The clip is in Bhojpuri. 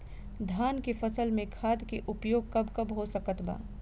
धान के फसल में खाद के उपयोग कब कब हो सकत बा?